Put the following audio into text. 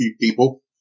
people